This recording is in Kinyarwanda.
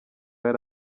yari